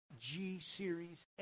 G-Series